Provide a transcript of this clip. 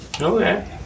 Okay